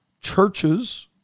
churches